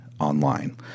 online